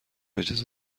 اجازه